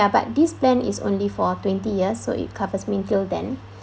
but this plan is only for twenty years so it covers me till then